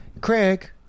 Craig